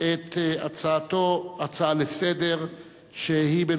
להצעות לסדר-היום